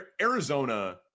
Arizona